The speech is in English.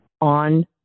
on